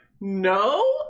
no